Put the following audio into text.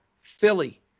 Philly